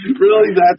really—that's